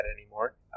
anymore